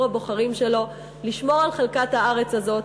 הבוחרים שלו לשמור על חלקת הארץ הזאת,